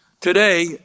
today